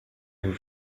vous